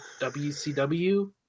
WCW